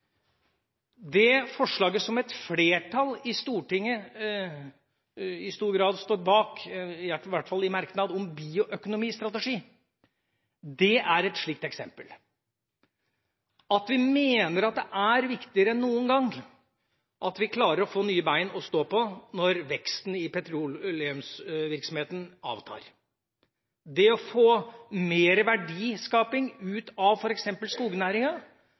Det forslaget som et flertall i Stortinget i stor grad står bak – i hvert fall i en merknad om bioøkonomistrategi – er et slikt eksempel. Vi mener at det er viktigere enn noen gang at vi klarer å få nye ben å stå på når veksten i petroleumsvirksomheten avtar. Det å få mer verdiskaping ut av